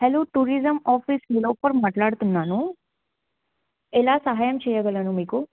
hello tourism office Nilofer మాట్లాడుతున్నాను ఎలా సహాయం చేయగలను మీకు